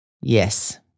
Yes